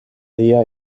día